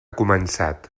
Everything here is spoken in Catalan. començat